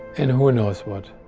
and who knows what.